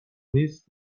نیست